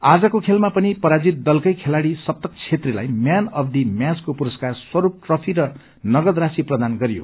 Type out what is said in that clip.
आजको खेलमा पनि पराजित दलकै खेलाड़ी सप्तक छेत्रीलाई म्यान अफ् द म्याचको पुरस्कार स्परूप ट्रफी र नगद राशी प्रदान गरियो